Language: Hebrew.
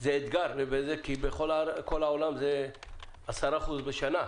שזה אתגר לבזק כי בכל העולם זה 10% לשנה,